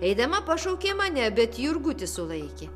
eidama pašaukė mane bet jurgutis sulaikė